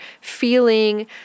feeling